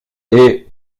est